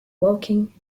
walking